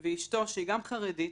ואישתו, שהיא גם חרדית,